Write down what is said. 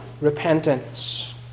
repentance